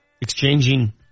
exchanging